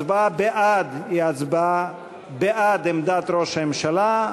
הצבעה בעד היא הצבעה בעד עמדת ראש הממשלה,